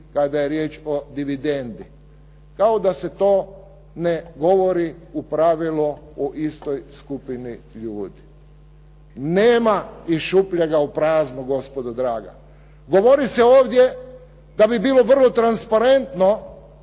da je riječ o dividendi kao da se to ne govori u pravilu o istoj skupini ljudi. Nema iz šupljega u prazno gospodo draga. Govori se ovdje da bi bilo vrlo transparentno